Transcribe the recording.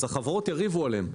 החברות יריבו עליהם.